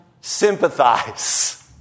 sympathize